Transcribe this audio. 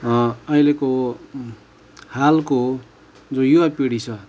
अहिलेको हालको जो युवापिँढी छ